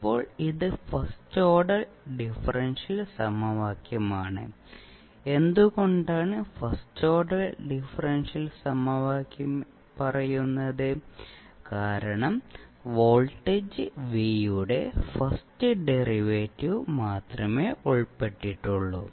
ഇപ്പോൾ ഇത് first order differential സമവാക്യമാണ് എന്തുകൊണ്ടാണ് ഫസ്റ്റ് ഓർഡർ ഡിഫറൻഷ്യൽ സമവാക്യം പറയുന്നത് കാരണം വോൾട്ടേജ് V യുടെ ഫസ്റ്റ് ഡെറിവേറ്റീവ് മാത്രമേ ഉൾപ്പെട്ടിട്ടുള്ളൂ